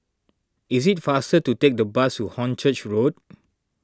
is it faster to take the bus to Hornchurch Road